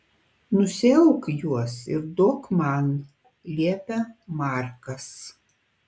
nusiauk juos ir duok man liepia markas